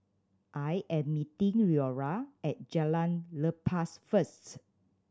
I am meeting Leora at Jalan Lepas first